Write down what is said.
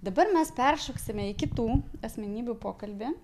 dabar mes peršoksime į kitų asmenybių pokalbį